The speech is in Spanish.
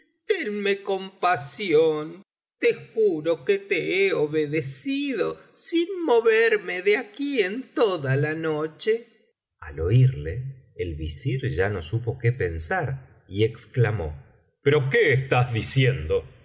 tenme compasión te juro que te he obedecido sin moverme de aquí en toda la noche al oírle el visir ya no supo qué pensar y exclamó pero qué estás diciendo